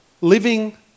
living